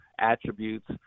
attributes